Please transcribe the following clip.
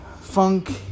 funk